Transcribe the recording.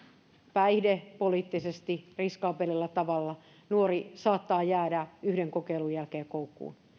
päihdepoliittisesti riskaabelilla tavalla nuori saattaa jäädä yhden kokeilun jälkeen koukkuun